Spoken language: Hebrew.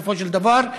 בסופו של דבר.